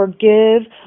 forgive